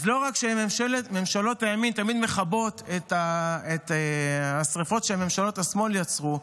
לא רק שממשלות הימין תמיד מכבות את השרפות שממשלות השמאל יצרו,